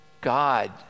God